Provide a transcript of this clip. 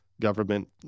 government